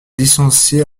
licencié